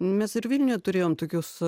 mes ir vilniuje turėjom tokius